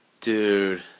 dude